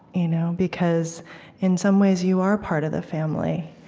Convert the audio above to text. you know because in some ways, you are part of the family,